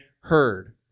heard